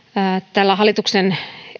tällä hallituksen